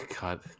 God